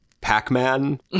pac-man